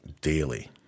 daily